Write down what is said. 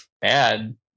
bad